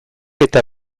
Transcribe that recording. eta